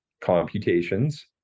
computations